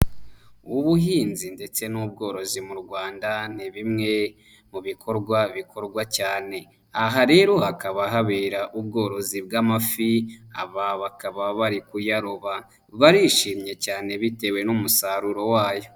Ubuhinzi ndetse n'ubworozi mu Rwanda ni bimwe mu bikorwa bikorwa cyane. Aha rero hakaba habera ubworozi bw'amafi, aba bakaba bari kuyaroba. Barishimye cyane bitewe n'umusaruro wayo.